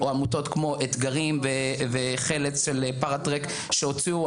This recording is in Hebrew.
או עמותות כמו אתגרים וחלץ של פאראטרק שהוציאו,